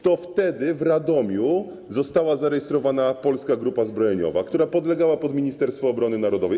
To wtedy w Radomiu została zarejestrowana Polska Grupa Zbrojeniowa, która podlegała pod Ministerstwo Obrony Narodowej.